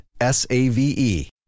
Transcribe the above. S-A-V-E